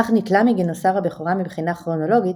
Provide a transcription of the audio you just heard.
כך ניטלה מגינוסר הבכורה מבחינה כרונולוגית,